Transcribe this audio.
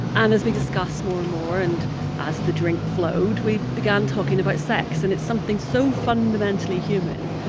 and as we discussed more and more and as the drink flowed, we began talking about sex. and it's something so fundamentally human.